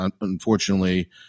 unfortunately